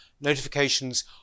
notifications